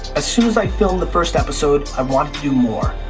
as soon as i filmed the first episode i wanted to do more.